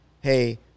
hey